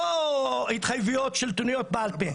לא התחייבויות שלטוניות בעל פה.